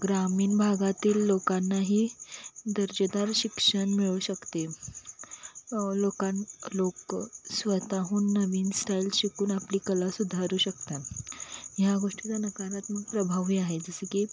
ग्रामीण भागातील लोकांनाही दर्जेदार शिक्षण मिळू शकते लोक लोक स्वतःहून नवीन स्टाईल शिकून आपली कला सुधारू शकतात ह्या गोष्टीचा नकारात्मक प्रभावही आहे जसं की